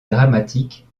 dramatique